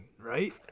right